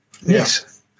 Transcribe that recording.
Yes